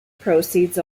proceeds